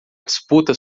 disputa